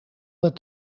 met